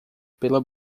pela